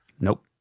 Nope